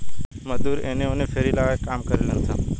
मजदूर एने ओने फेरी लगा के काम करिलन सन